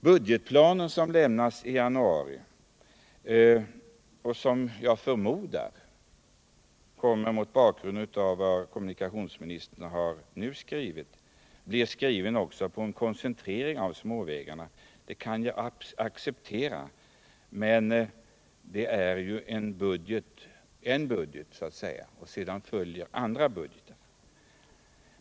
Budgetplanen, som lämnas i januari, förmodar jag mot bakgrund av vad kommunikationsministern sagt kommer att koncentreras till småvägarna. Det kan jag acceptera, men efter denna budget följer ju andra.